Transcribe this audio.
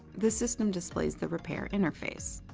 the system displays the repair interface.